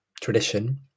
tradition